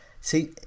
see